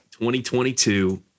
2022